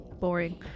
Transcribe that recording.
Boring